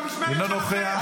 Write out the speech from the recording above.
אינו נוכח.